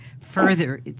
further